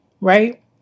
right